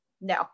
No